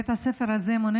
בית הספר הזה מונה